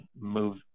move